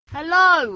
Hello